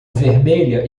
vermelha